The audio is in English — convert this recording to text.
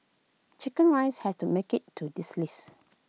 Chicken Rice had to make IT to this list